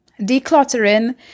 Decluttering